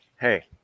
hey